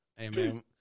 Amen